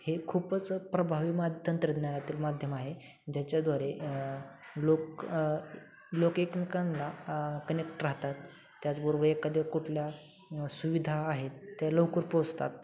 हे खूपच प्रभावी माध्य तंत्रज्ञानातील माध्यम आहे ज्याच्याद्वारे लोक लोक एकमेकांना कनेक्ट राहतात त्याचबरोबर एखाद्या कुठल्या सुविधा आहेत त्या लवकर पोचतात